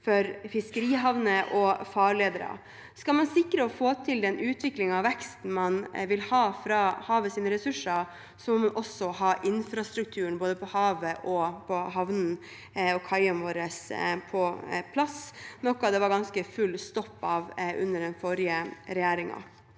for fiskerihavner og farleder. Skal man sikre å få til den utviklingen og veksten man vil ha fra havets ressurser, må vi også ha infrastrukturen på plass både på havet, i havnene og på kaiene våre, noe det var full stopp i under den forrige regjeringen.